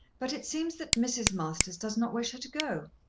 but it seems that mrs. masters does not wish her to go.